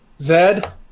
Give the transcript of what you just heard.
Zed